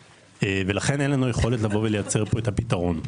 לכן אין לנו יכולת לייצר פה את הפתרון.